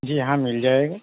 जी हाँ मिल जाएगा